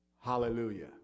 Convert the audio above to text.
Hallelujah